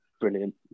brilliant